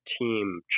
team